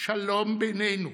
שלום בינינו,